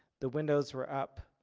the windows were up.